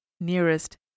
nearest